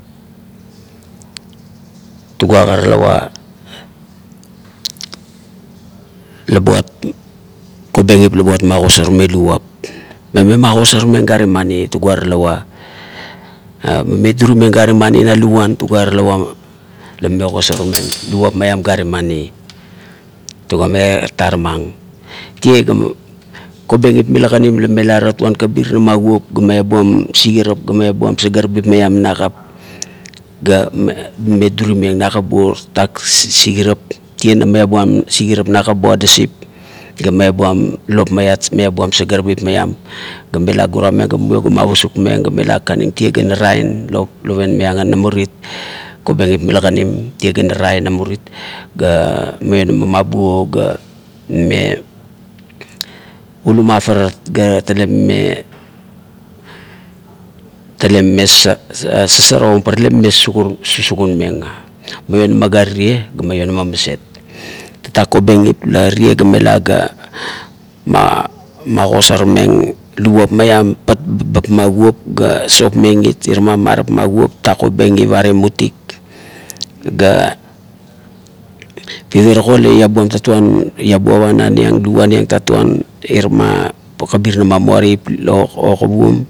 Tugua gua talawa la buat, kobengip la buat magosarmeng luguap. La mame magosarmeng gare mani, tugua talawa "hesitation" mame durimeng gare mani na luguan, tugua talawa la mame ogosarmeng luguap maiam gare mani, tugua ma taramang, tie ga kobengip mila kanim la mela tatuan kabirana ma kuop ga meabuam sigarap ga meabuam sagarabip meam nakap ga mame duri nakap buo tatak sigarap tie la meabuam sigarap nakap bo adasip ga meabuam lop maiam, meabuam sagarabip maiam ga mela gura meng ga mumio ga mavusuk meng ga mela kakanim tie ga nanain lop iat liangan namurit kobengip mila kanim tie ga maram namurit ga mionama mabuo ga mame ulum aparat ga tale mame, tale mame sa-sasagarong pa talekan su-susugurmeng, maionama gare tie, ga maionama maset. Tatak kobengip la tie ga mela ga ma-magosarmeng luguop maiam pap babap ma kuop ga sopmeng it irama marap ma kuop, tatak kobengip are mutik ga ierilago iabuam tatuan, iabua panan iang luguan tatuan irama kabinang ma muaraip o kuguom